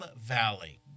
Valley